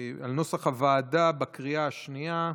נוסח הוועדה בקריאה השנייה.